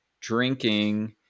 drinking